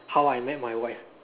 how I met my wife